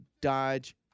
Dodge